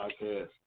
podcast